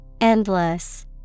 Endless